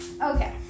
Okay